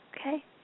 okay